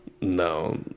no